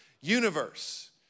universe